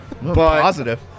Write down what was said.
Positive